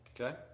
Okay